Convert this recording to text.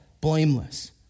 blameless